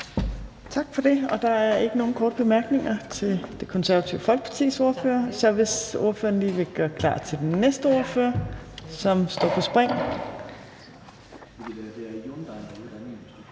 Tak for det. Der er ikke nogen korte bemærkninger til Det Konservative Folkepartis ordfører. Så hvis ordføreren lige vil gøre klar til den næste ordfører, som står på spring,